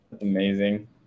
Amazing